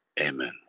Amen